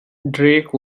drake